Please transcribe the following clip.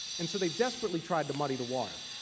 and so they desperately tried to muddy the water.